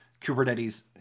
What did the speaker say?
Kubernetes